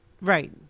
Right